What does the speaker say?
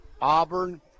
auburn